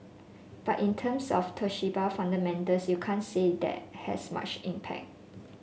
but in terms of Toshiba fundamentals you can't say that has much impact